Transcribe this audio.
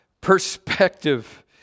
perspective